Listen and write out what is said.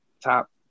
top